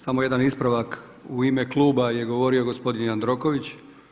Samo jedan ispravak, u ime kluba je govorio gospodin Jandroković.